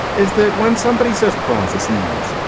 is that when somebody says processes,